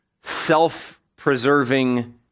self-preserving